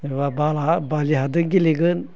माब्लाबा बाला बालि हाजों गेलेगोन